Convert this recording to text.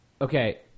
Okay